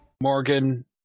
Morgan